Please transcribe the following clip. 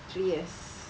three years